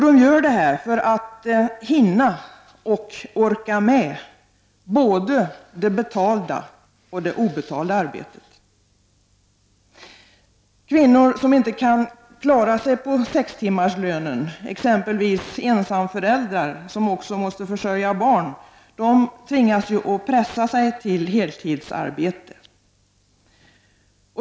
De gör det för att hinna och orka med både det betalda och det obetalda arbetet. Kvinnor som inte kan klara sig på sextimmarslönen, exempelvis ensamföräldrar som också måste försörja barn, tvingas pressa sig till heltidsarbete.